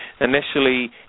initially